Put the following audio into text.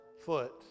foot